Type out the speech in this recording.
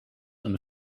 een